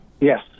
Yes